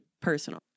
personal